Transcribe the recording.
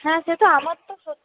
হ্যাঁ সেটা আমার তো সত্যি